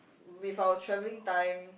with our travelling time